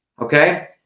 okay